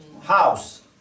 house